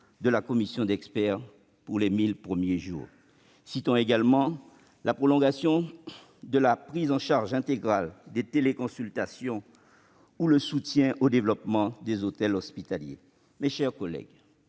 de la Commission d'experts pour les 1 000 premiers jours. Citons également la prolongation de la prise en charge intégrale des téléconsultations ou le soutien au développement des hôtels hospitaliers. Mes chers collègues,